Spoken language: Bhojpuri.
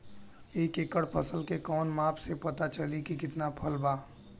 एक एकड़ फसल के कवन माप से पता चली की कितना फल बा?